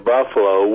Buffalo